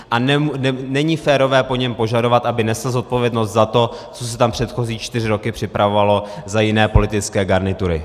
A není férové po něm požadovat, aby nesl zodpovědnost za to, co se tam předchozí čtyři roky připravovalo za jiné politické garnitury.